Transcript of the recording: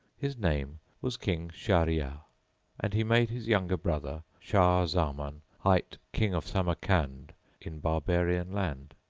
his name was king shahryar and he made his younger brother, shah zaman hight, king of samarcand in barbarian land.